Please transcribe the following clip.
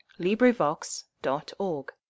LibriVox.org